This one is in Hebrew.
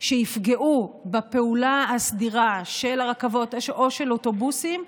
שיפגעו בפעולה הסדירה של רכבות או של אוטובוסים,